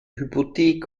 hypothek